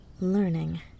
learning